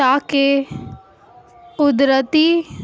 تاکہ قدرتی